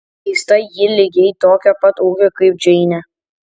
keista ji lygiai tokio pat ūgio kaip džeinė